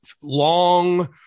long